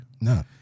No